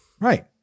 Right